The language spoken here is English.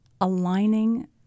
aligning